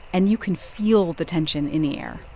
and you can feel the tension in the air